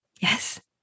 Yes